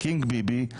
קינג ביבי,